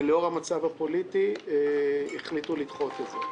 אבל לאור המצב הפוליטי החליטו לדחות אותו.